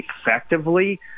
effectively